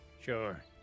Sure